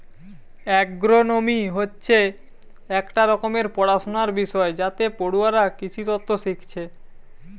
agronomy হচ্ছে একটা রকমের পড়াশুনার বিষয় যাতে পড়ুয়ারা কৃষিতত্ত্ব শিখছে